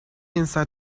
inside